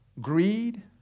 greed